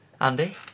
Andy